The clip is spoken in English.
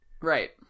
Right